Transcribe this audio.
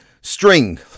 string